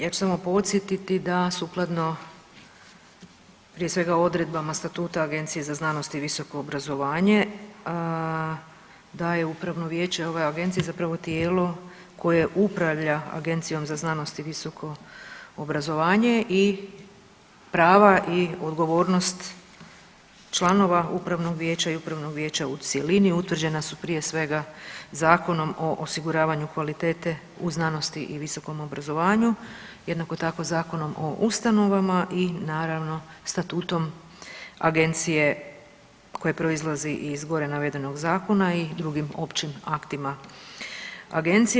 Ja ću samo podsjetiti da sukladno prije svega odredbama statuta Agencije za znanost i visoko obrazovanje da je upravno vijeće ovoj agenciji zapravo tijelo koje upravlja Agencijom za znanost i visoko obrazovanje i prava i odgovornost članova upravnog vijeća i upravnog vijeća u cjelini utvrđena su prije svega Zakonom o osiguravanju kvalitete u znanosti i visokom obrazovanju, jednako tako Zakonom o ustanovama i naravno statutom agencije koja proizlazi iz gore navedenog zakona i drugim općim aktima agencije.